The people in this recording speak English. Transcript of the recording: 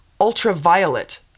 ultraviolet